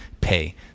pay